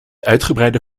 uitgebreide